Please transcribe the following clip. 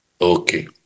Okay